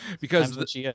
Because-